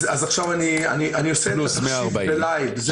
אני עושה את התחשיב ב-לייב.